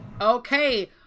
Okay